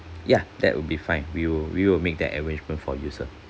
yeah that would be fine we will we will make that arrangement for you sir